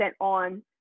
on